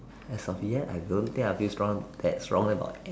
as of yet I don't think I feel strong that strong about it an